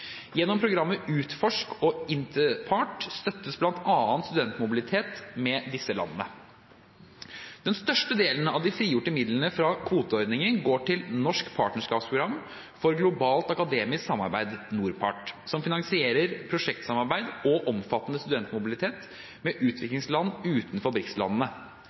Gjennom programmet UTFORSK og INTPART støttes bl.a. studentmobilitet med disse landene. Den største delen av de frigjorte midlene fra kvoteordningen går til norsk partnerskapsprogram for globalt akademisk samarbeid, NORPART, som finansierer prosjektsamarbeid og omfattende studentmobilitet med utviklingsland utenfor